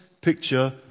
picture